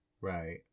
Right